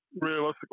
realistically